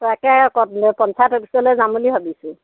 তাকে পঞ্চায়ত অফিচলৈ যাম বুলি ভাবিছোঁ